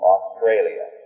Australia